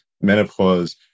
menopause